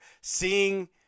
seeing